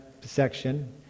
section